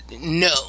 No